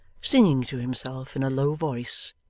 singing to himself in a low voice,